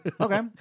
Okay